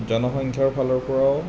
জনসংখ্যাৰফালৰ পৰাও